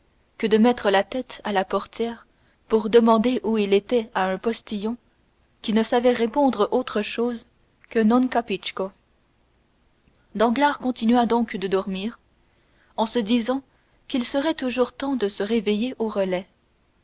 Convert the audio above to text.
que de mettre la tête à la portière pour demander où il était à un postillon qui ne savait répondre autre chose que non capisco danglars continua donc de dormir en se disant qu'il serait toujours temps de se réveiller au relais